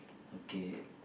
okay